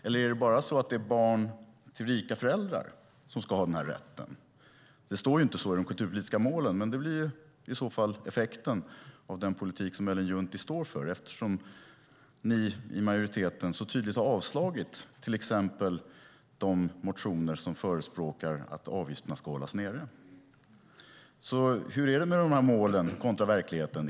Eller är det bara barn till rika föräldrar som ska ha den här rätten? Det står inte så i de kulturpolitiska målen, men det blir effekten av den politik som Ellen Juntti står för, eftersom ni i majoriteten så tydligt har avstyrkt till exempel de motioner som förespråkar att avgifterna ska hållas nere. Hur är de med de här målen kontra verkligheten?